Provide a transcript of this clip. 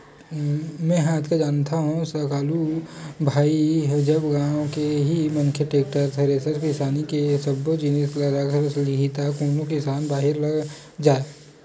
मेंहा अतका जानथव सुकालू भाई जब गाँव के ही मनखे टेक्टर, थेरेसर किसानी के सब्बो जिनिस ल रख लिही त कोनो किसान बाहिर नइ जाय